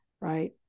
Right